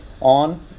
on